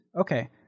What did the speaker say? Okay